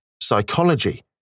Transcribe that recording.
psychology